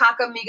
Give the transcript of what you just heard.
Kakamiga